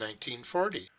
1940